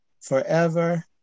forever